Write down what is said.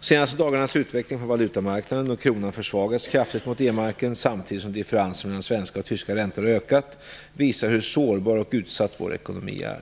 De senaste dagarnas utveckling på valutamarknaden, då kronan försvagats kraftigt mot D-marken samtidigt som differensen mellan svenska och tyska räntor har ökat, visar hur sårbar och utsatt vår ekonomi är.